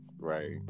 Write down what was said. Right